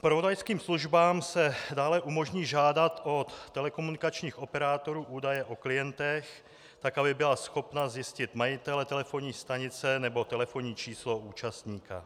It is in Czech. Zpravodajským službám se dále umožní žádat od telekomunikačních operátorů údaje o klientech tak, aby byly schopny zjistit majitele telefonní stanice nebo telefonní číslo účastníka.